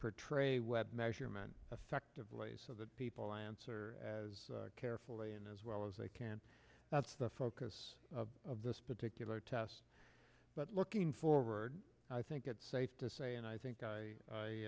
a web measurement affectively so that people answer as carefully and as well as they can that's the focus of this particular test but looking forward i think it's safe to say and i think